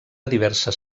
diverses